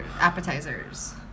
Appetizers